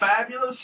fabulous